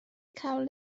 cawl